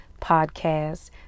podcast